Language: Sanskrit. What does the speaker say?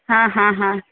हा हा हा